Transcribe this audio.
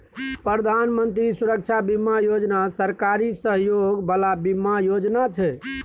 प्रधानमंत्री सुरक्षा बीमा योजना सरकारी सहयोग बला बीमा योजना छै